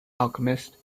alchemist